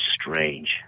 strange